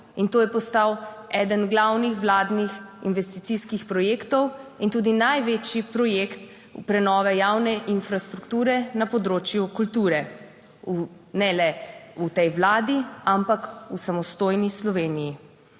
in to je postal eden glavnih vladnih investicijskih projektov in tudi največji projekt prenove javne infrastrukture na področju kulture ne le v tej vladi, ampak v samostojni Sloveniji.